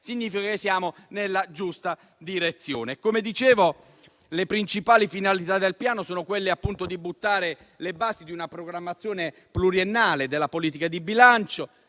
strutturali), va nella giusta direzione. Le principali finalità del Piano sono quelle di gettare le basi di una programmazione pluriennale della politica di bilancio